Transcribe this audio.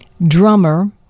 drummer